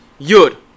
Yud